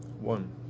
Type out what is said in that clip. one